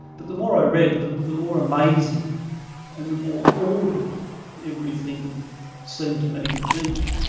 but the more i read, the the more amazing and the more ordered everything seemed to me to be.